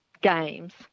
games